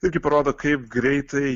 irgi parodo kaip greitai